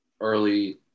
early